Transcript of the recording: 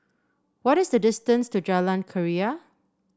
what is the distance to Jalan Keria